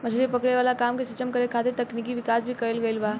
मछली पकड़े वाला काम के सक्षम करे खातिर तकनिकी विकाश भी कईल गईल बा